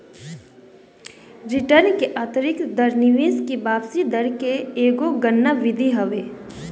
return की आतंरिक दर निवेश की वापसी दर की गणना के एगो विधि हवे